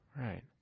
right